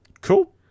cool